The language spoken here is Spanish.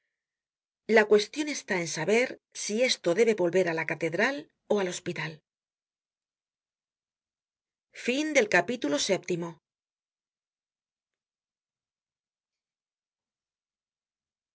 la cuestion está en saber si esto debe volver á la catedral ó al hospital